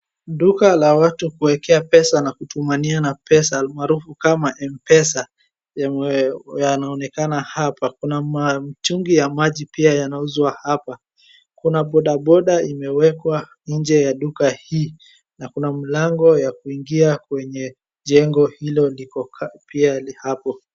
Duka la watu kuekea pesa, na kutumaniana pesa, almaarufu M-pesa, yanaonekana hapa. Kuna mitungi ya maji pia yanauzwa hapa. Kuna bodaboda imewekwa nje ya duka hii, na kuna mlango ya kuingia kwenye jengo hilo liko pia hapo.